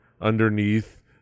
underneath